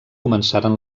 començaren